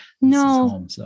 No